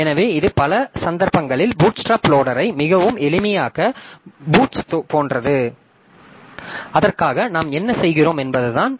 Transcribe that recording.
எனவே இது பல சந்தர்ப்பங்களில் பூட்ஸ்ட்ராப் லோடரை மிகவும் எளிமையாக்கும் பூட்ஸ் போன்றது அதற்காக நாம் என்ன செய்கிறோம் என்பதுதான்